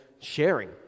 sharing